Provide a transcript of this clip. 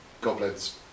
goblins